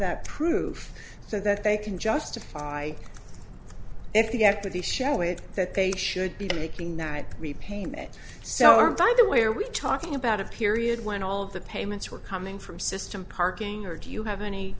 that proof so that they can justify it to get the show it that they should be making night repayment so by the way are we talking about a period when all of the payments are coming from system parking or do you have any